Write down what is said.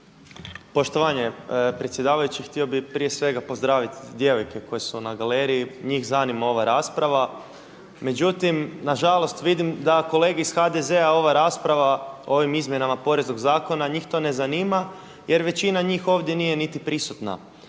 Poštovanje predsjedavajući. Htio bih prije svega pozdraviti djevojke koje su na galeriji, njih zanima ova rasprava, međutim nažalost vidim da kolege iz HDZ-a ova rasprava o ovim izmjenama Poreznog zakona njih to ne zanima jer većina njih ovdje nije niti prisutna.